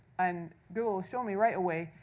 and google will show me, right away,